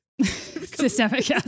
Systemic